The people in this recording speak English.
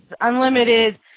unlimited